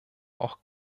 auch